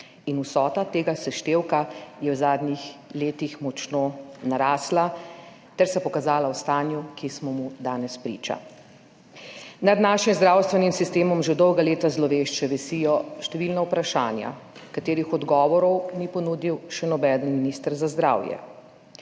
vsota tega seštevka je v zadnjih letih močno narasla, ter se pokazala v stanju, ki smo mu danes priča. Nad našim zdravstvenim sistemom že dolga leta zlovešče visijo številna vprašanja, katerih odgovorov ni ponudil še noben minister za zdravje: